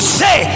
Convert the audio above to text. say